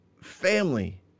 family